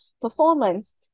performance